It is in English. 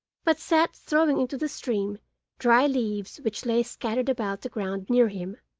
but sat throwing into the stream dry leaves which lay scattered about the ground near him.